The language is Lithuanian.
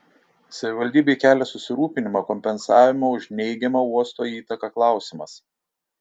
savivaldybei kelia susirūpinimą kompensavimo už neigiamą uosto įtaką klausimas